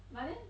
but then